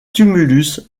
tumulus